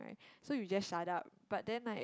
so you just shut up but then like